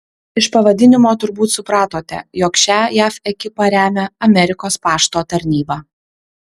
iš pavadinimo turbūt supratote jog šią jav ekipą remia amerikos pašto tarnyba